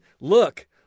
Look